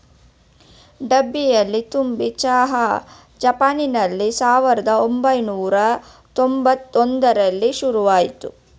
ಡಬ್ಬಿಲಿ ತುಂಬಿದ್ ಚಹಾ ಜಪಾನ್ನಲ್ಲಿ ಸಾವಿರ್ದ ಒಂಬೈನೂರ ಯಂಬತ್ ಒಂದ್ರಲ್ಲಿ ಶುರುಆಯ್ತು